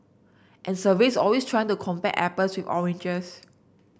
and surveys always try to compare apples with oranges